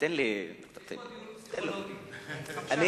יש פה דיון פסיכולוגי.